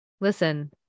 listen